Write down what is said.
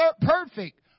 perfect